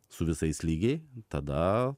su visais lygiai tada